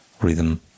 rhythm